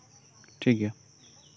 ᱴᱷᱤᱠ ᱜᱮᱭᱟ